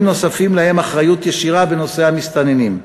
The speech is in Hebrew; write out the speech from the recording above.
נוספים שלהם אחריות ישירה בנושא המסתננים.